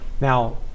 Now